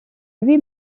lui